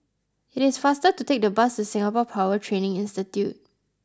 it is faster to take the bus to Singapore Power Training Institute